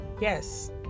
Yes